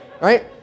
right